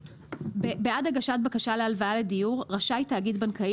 " "(א1)בעד הגשת בקשה להלוואה לדיור רשאי תאגיד בנקאי